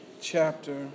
chapter